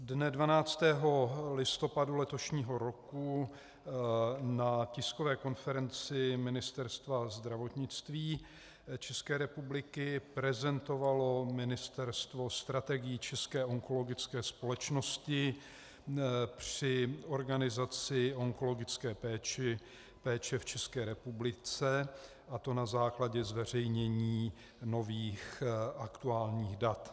Dne 12. listopadu letošního roku na tiskové konferenci Ministerstva zdravotnictví České republiky prezentovalo Ministerstvo strategii České onkologické společnosti při organizaci onkologické péče v České republice, a to na základě zveřejnění nových aktuálních dat.